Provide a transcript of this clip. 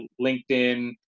LinkedIn